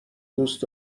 دوست